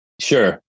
Sure